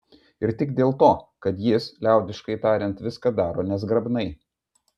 ir tik dėl to kad jis liaudiškai tariant viską daro nezgrabnai